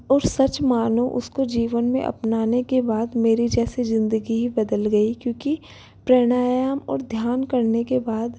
और सच मानों उसको जीवन में अपनाने के बाद मेरी जैसे जिंदगी ही बदल गई क्योंकि प्राणायाम और ध्यान करने के बाद